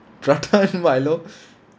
prata and Milo